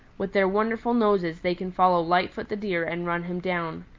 with their wonderful noses they can follow lightfoot the deer and run him down.